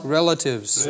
Relatives